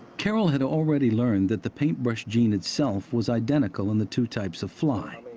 carroll had already learned that the paintbrush gene itself was identical in the two types of fly.